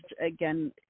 again